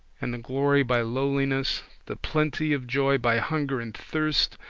and the glory by lowliness, the plenty of joy by hunger and thirst,